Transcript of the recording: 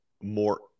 more